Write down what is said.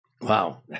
Wow